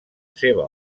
seva